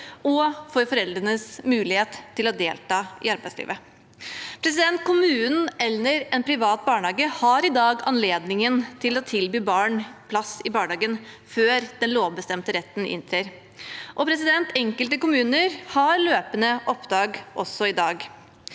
og for foreldrenes mulighet til å delta i arbeidslivet. Kommunen eller private barnehager har i dag anledning til å tilby barn plass i barnehage før den lovbestemte retten inntrer. Enkelte kommuner har løpende opptak også i dag.